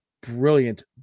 Brilliant